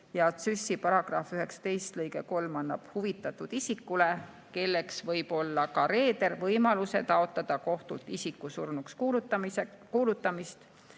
Ja TsÜS-i § 19 lõige 3 annab huvitatud isikule, kelleks võib olla ka reeder, võimaluse taotleda kohtult isiku surnuks kuulutamist,